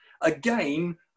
again